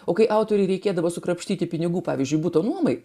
o kai autoriui reikėdavo sukrapštyti pinigų pavyzdžiui buto nuomai